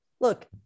look